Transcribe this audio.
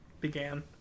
began